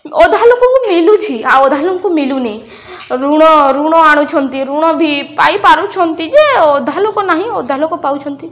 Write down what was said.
ଅଧା ଲୋକଙ୍କୁ ମିଳୁଛି ଆଉ ଅଧା ଲୋକଙ୍କୁ ମିଳୁନି ଋଣ ଋଣ ଆଣୁଛନ୍ତି ଋଣ ବି ପାଇପାରୁଛନ୍ତି ଯେ ଅଧା ଲୋକ ନାହିଁ ଅଧା ଲୋକ ପାଉଛନ୍ତି